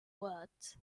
words